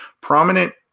prominent